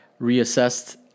reassessed